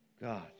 God